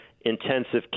intensive